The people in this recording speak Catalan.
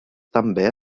també